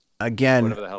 Again